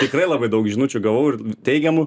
tikrai labai daug žinučių gavau ir teigiamų